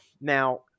Now